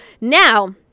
Now